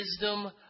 wisdom